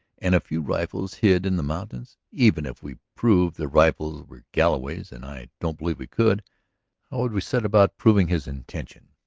and a few rifles hid in the mountains? even if we proved the rifles were galloway's, and i don't believe we could, how would we set about proving his intention?